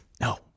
no